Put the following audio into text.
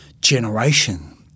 generation